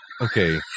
Okay